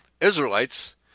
Israelites